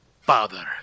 Father